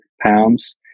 pounds